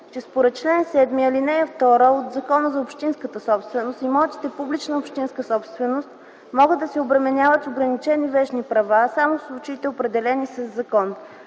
че според чл. 7, ал. 2 от Закона за общинската собственост имотите – публична общинска собственост, могат да се обременяват с ограничени вещни права само в случаите, определени със закон,